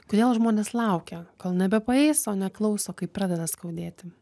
kodėl žmonės laukia kol nebepaeis o neklauso kai pradeda skaudėti